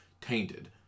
tainted